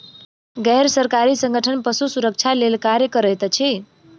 गैर सरकारी संगठन पशु सुरक्षा लेल कार्य करैत अछि